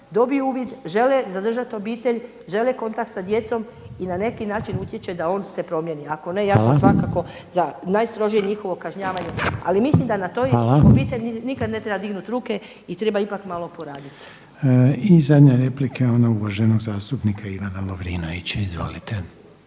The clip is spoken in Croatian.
dobiju uvid žele zadržati obitelj, žele kontakt sa djecom i na neki način utječe da se on se promijeni. Ako ne ja sam svakako za najstrožije njihovo kažnjavanje, ali mislim da na toj obitelji … /Upadica Reiner: Hvala./ … nikad ne treba dignuti ruke i treba ipak malo poraditi. **Reiner, Željko (HDZ)** Hvala. I zadnja replika je ona uvaženog zastupnika Ivana Lovrinovića. Izvolite.